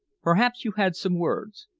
perhaps you had some words!